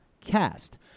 Cast